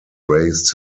raised